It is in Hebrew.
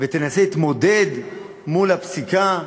ותנסה להתמודד מול הפסיקה,